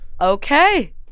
okay